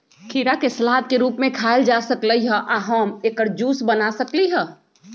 खीरा के सलाद के रूप में खायल जा सकलई ह आ हम एकर जूस बना सकली ह